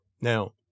Now